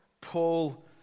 Paul